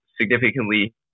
significantly